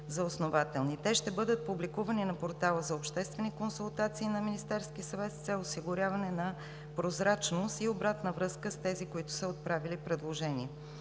Те ще бъдат публикувани на портала за обществени консултации на Министерския съвет с цел осигуряване на прозрачност и обратна връзка с тези, които са направили предложения.